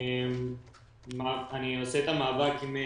אני חושבת שהמסקנות שתגיע